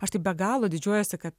aš taip be galo didžiuojuosi kad